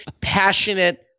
passionate